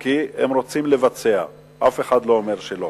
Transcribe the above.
כי רוצים לבצע, אף אחד לא אומר שלא.